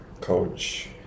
coach